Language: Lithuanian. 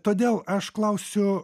todėl aš klausiu